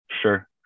Sure